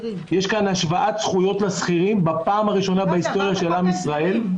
יש כאן השוואת זכויות לשכירים בפעם הראשונה בהיסטוריה של עם ישראל,